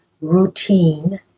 routine